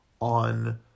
on